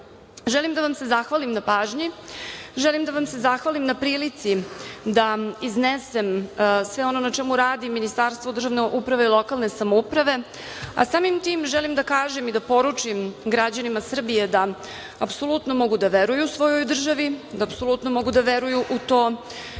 želim da vam se zahvalim na pažnji, želim da vam se zahvalim na prilici da iznesem sve ono na čemu radi Ministarstvo državne uprave i lokalne samouprave, a samim tim želim da kažem i da poručim građanima Srbije da apsolutno mogu da veruju svojoj državi, da apsolutno mogu da veruju u to